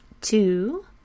Two